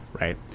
right